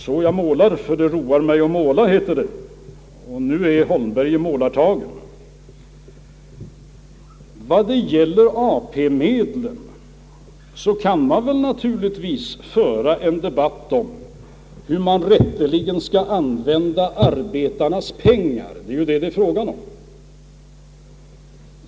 Så jag målar för att det roar mig att måla, heter det. Och nu är herr Holmberg i målartagen! Vad gäller AP-medlen kan man naturligtvis föra en debatt om hur man rätteligen skall använda arbetarnas pensionspengar.